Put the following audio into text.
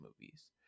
movies